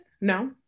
no